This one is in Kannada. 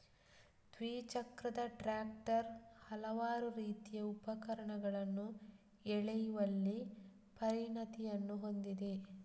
ದ್ವಿಚಕ್ರದ ಟ್ರಾಕ್ಟರ್ ಹಲವಾರು ರೀತಿಯ ಉಪಕರಣಗಳನ್ನು ಎಳೆಯುವಲ್ಲಿ ಪರಿಣತಿಯನ್ನು ಹೊಂದಿದೆ